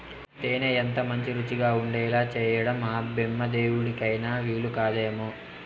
తేనె ఎంతమంచి రుచిగా ఉండేలా చేయడం ఆ బెమ్మదేవుడికైన వీలుకాదనుకో